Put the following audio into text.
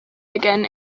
again